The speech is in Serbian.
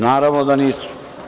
Naravno da nisu.